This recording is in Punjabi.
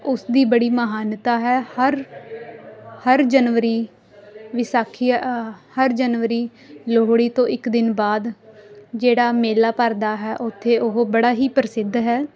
ਉਸ ਦੀ ਬੜੀ ਮਹਾਨਤਾ ਹੈ ਹਰ ਹਰ ਜਨਵਰੀ ਵਿਸਾਖੀ ਹਰ ਜਨਵਰੀ ਲੋਹੜੀ ਤੋਂ ਇੱਕ ਦਿਨ ਬਾਅਦ ਜਿਹੜਾ ਮੇਲਾ ਭਰਦਾ ਹੈ ਉੱਥੇ ਉਹ ਬੜਾ ਹੀ ਪ੍ਰਸਿੱਧ ਹੈ